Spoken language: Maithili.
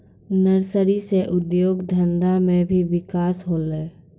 नर्सरी से उद्योग धंधा मे भी बिकास होलै